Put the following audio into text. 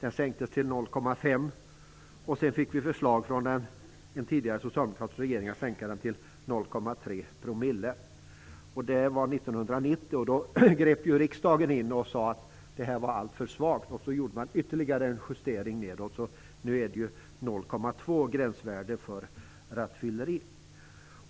1990 fick vi förslag från den tidigare socialdemokratiska regeringen att sänka det till 0,3 %. Då grep riksdagen in och sade att det var alltför svagt. Så gjorde man ytterligare en justering nedåt. Nu är gränsvärdet 0,2 % för rattfylleri.